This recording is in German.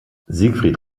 siegfried